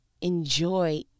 enjoy